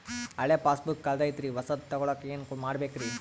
ಹಳೆ ಪಾಸ್ಬುಕ್ ಕಲ್ದೈತ್ರಿ ಹೊಸದ ತಗೊಳಕ್ ಏನ್ ಮಾಡ್ಬೇಕರಿ?